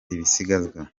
ibisigazwa